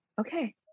okay